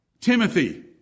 Timothy